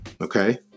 okay